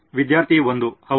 ವಿದ್ಯಾರ್ಥಿ 1 ಹೌದು